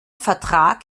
vertrag